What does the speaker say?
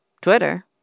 Twitter